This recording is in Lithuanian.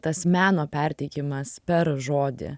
tas meno perteikimas per žodį